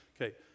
Okay